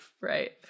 right